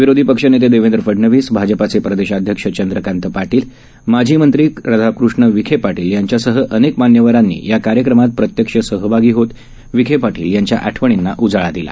विरोधी पक्षनेते देवेंद्र फडनवीस भाजपाचे प्रदेशाध्यक्ष चंद्रकांत पाटील माजी मंत्री राधाकृष्ण विखे पाटील यांच्यासह अनेक मान्यवरांनी या कार्यक्रमात प्रत्यक्ष सहभागी होत विखे पाटील यांच्या आठवणींना उजाळा दिला